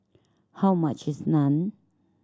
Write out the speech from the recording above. how much is Naan